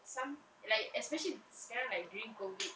some like especially sekarang like during COVID